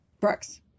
Brooks